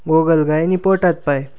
गोगलगाय नि पोटात पाय